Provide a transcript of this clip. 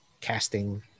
casting